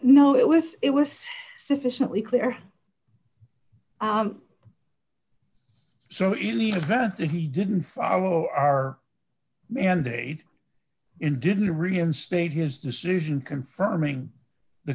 no it was it was sufficiently clear so easy that he didn't follow our mandate in didn't reinstate his decision confirming the